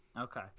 okay